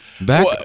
Back